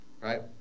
Right